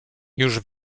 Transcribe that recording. już